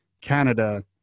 Canada